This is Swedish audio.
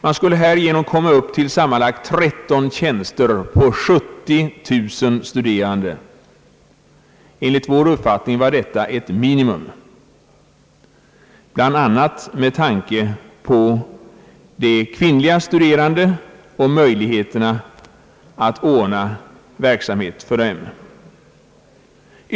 Man skulle härigenom komma upp till sammanlagt tretton tjänster på 70 000 studerande, Enligt vår uppfattning är detta ett minimum, bl.a. med tanke på de kvinnliga studerandena och möjligheterna att ordna motionsverksamhet för dem.